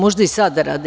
Možda i sada rade.